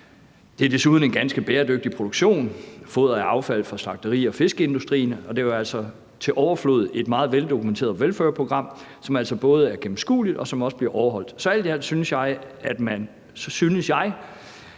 Desuden er det en ganske bæredygtig produktion. Foderet er affald fra slagte- og fiskeindustrien, og der er jo altså til overflod et meget veldokumenteret WelFur-program, som jo altså både er gennemskueligt, og som også bliver overholdt. Så alt i alt synes jeg, at man, industriens